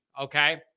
Okay